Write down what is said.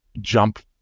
jump